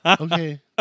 Okay